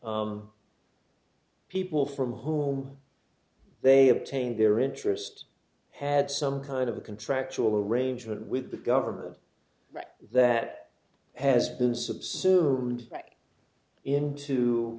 people from home they obtained their interest had some kind of a contractual arrangement with the government that has been subsumed